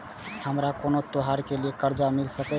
हमारा कोनो त्योहार के लिए कर्जा मिल सकीये?